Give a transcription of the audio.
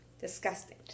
Disgusting